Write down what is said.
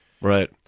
Right